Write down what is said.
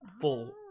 full